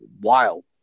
wild